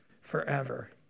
forever